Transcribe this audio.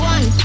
One